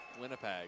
Winnipeg